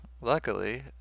Luckily